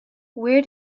where